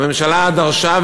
הממשלה דרשה,